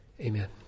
Amen